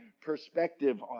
perspective